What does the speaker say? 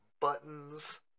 buttons